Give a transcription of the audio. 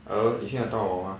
hello 你听得到我 mah